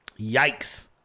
yikes